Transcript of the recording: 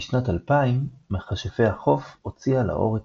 בשנת 2000 מכשפי החוף הוציאה לאור את